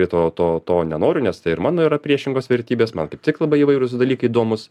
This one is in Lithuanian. tai to to to nenoriu nes tai ir mano yra priešingos vertybės man kaip tik labai įvairūs dalykai įdomūs